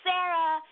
Sarah